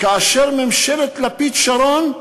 כאשר הוקמה ממשלת לפיד-שרון.